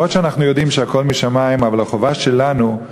אנחנו יודעים שהכול משמים, אבל החובה שלנו,